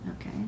Okay